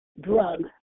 drug